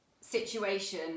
situation